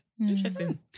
Interesting